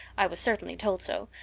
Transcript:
i was certainly told so.